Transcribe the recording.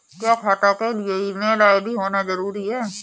क्या खाता के लिए ईमेल आई.डी होना जरूरी है?